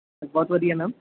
ਬਹੁਤ ਵਧੀਆ ਮੈਮ